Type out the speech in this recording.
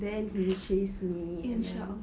then he will chase me and